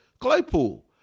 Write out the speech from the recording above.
Claypool